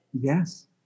Yes